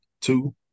two